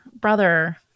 brother